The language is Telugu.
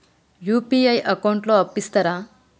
యూ.పీ.ఐ అకౌంట్ లో అప్పు ఇస్తరా?